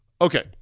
Okay